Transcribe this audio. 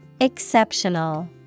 Exceptional